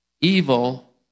evil